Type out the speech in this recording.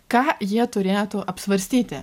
ką jie turėtų apsvarstyti